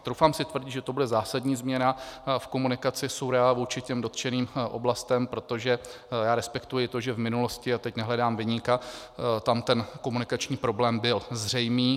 Troufám si tvrdit, že to bude zásadní změna v komunikaci SÚRAO vůči těm dotčeným oblastem, protože já respektuji to, že v minulosti a teď nehledám viníka tam ten komunikační problém byl zřejmý.